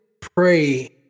pray